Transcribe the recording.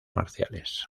marciales